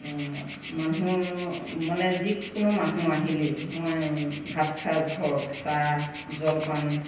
মানুহ মানে যিকোনো মানুহ আহিলেই মই ভাত সাজ হওক চাহ জলপান